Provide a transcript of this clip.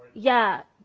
yeah.